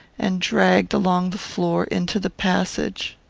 and dragged along the floor into the passage.